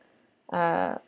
uh